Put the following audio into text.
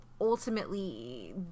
ultimately